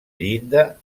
llinda